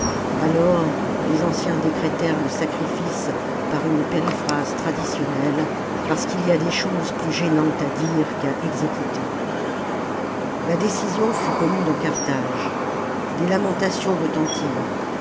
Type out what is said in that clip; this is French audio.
alors les anciens décrétèrent le sacrifice par une périphrase traditionnelle parce qu'il y a des choses plus gênantes à dire qu'à exécuter la décision fut connue dans carthage des lamentations retentirent